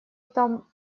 там